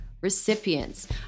recipients